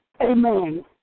Amen